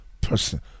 person